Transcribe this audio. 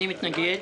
מי נמנע?